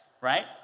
right